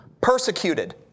Persecuted